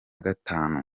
gatanu